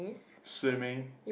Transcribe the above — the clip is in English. swimming